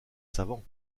savants